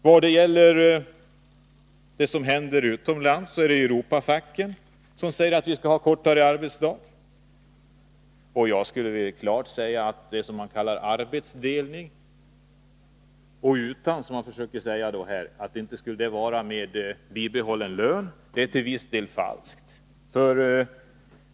Vad gäller det som händer utomlands, är det Europafacken som säger att vi skall ha kortare arbetsdag. Jag skulle vilja deklarera att det som man försöker säga om arbetsdelning utan bibehållen lön är till viss del falskt.